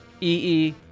EE